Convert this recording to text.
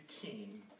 king